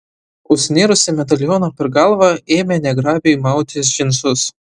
užsinėrusi medalioną per galvą ėmė negrabiai mautis džinsus